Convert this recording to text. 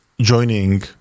joining